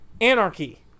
anarchy